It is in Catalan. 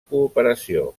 cooperació